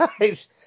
guys